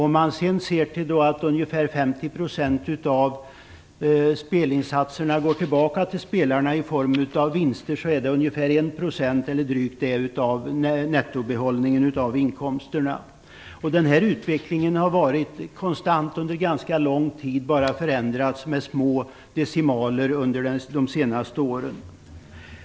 Om man då ser till att ungefär 50 % av spelinsatserna går tillbaka till spelarna i form av vinster, är det drygt 1 % av nettobehållningen av inkomsterna. Den här utvecklingen har varit konstant under ganska lång tid och bara förändrats med små decimaler under de senaste åren.